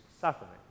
suffering